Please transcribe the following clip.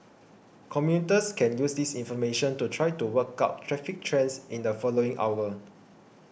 commuters can use this information to try to work out traffic trends in the following hour